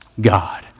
God